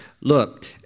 look